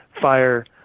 fire